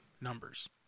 Numbers